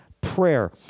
prayer